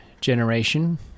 generation